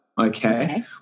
Okay